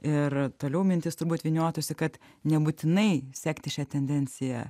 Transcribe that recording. ir toliau mintis turbūt vyniotųsi kad nebūtinai sekti šią tendenciją